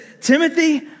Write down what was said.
Timothy